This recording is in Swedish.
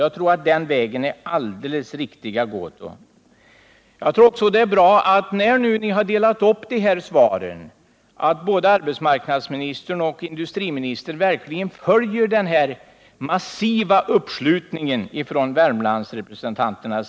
Jag tror det är alldeles riktigt att gå den vägen. När handelsministern och industriministern nu har delat upp dessa svar, vore det bra om ni båda verkligen följer den massiva uppslutningen från Värmlandsrepresentanterna.